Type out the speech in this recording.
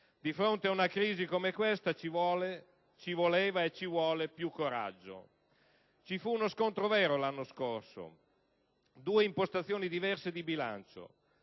di fronte ad una crisi come questa ci voleva e ci vuole più coraggio. Ci fu uno scontro vero l'anno scorso, tra due impostazioni diverse di bilancio: